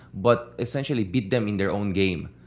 but essentially, beat them in their own game.